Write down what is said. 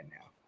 now